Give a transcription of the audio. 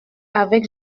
avec